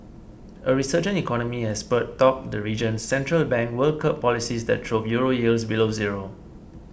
a resurgent economy has spurred talk the region's central bank will curb policies that drove Euro yields below zero